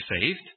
saved